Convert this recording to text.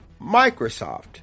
Microsoft